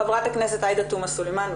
ח"כ עאידה תומא סלימאן בבקשה.